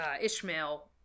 Ishmael